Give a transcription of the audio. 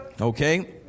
Okay